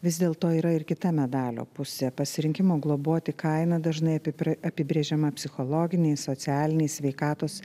vis dėlto yra ir kita medalio pusė pasirinkimo globoti kaina dažnai api apibrėžiama psichologiniais socialiniais sveikatos